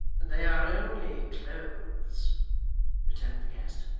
they are only clothes returned the guest,